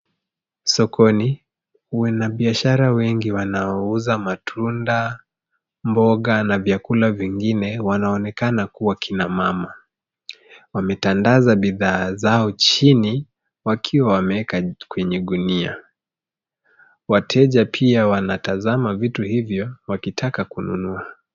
Sokoni wana biashara wengi wanaouza matunda, mboga na vyakula vingine, wanaonekana kuwa kina mama. Wametandaza bidhaa zao chini wakiwa wameweka kwenye gunia. Wateja pia wanatazama vitu hivyo wakitaka kununua.